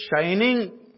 shining